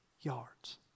yards